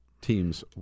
teams